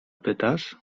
pytasz